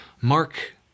Mark